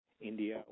India